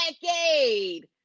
Decade